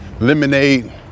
lemonade